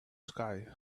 sky